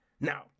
Now